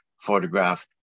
photograph